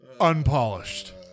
Unpolished